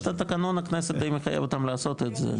תקנון הכנסת די מחייב אותם לעשות את זה.